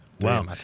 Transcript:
Wow